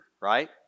right